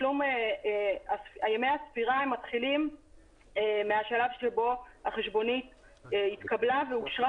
אומר שימי הספירה מתחילים מהשלב שבו החשבונית התקבלה ואושרה